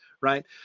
right